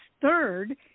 third